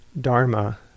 dharma